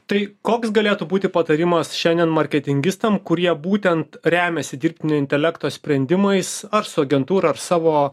tai koks galėtų būti patarimas šiandien marketingistam kurie būtent remiasi dirbtinio intelekto sprendimais ar su agentūra ar savo